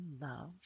love